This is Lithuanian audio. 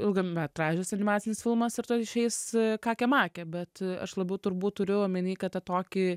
ilgametražis animacinis filmas ir tuoj išeis kakė makė bet aš labiau turbūt turiu omeny kad tokį